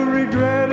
regret